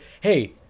hey